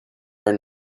are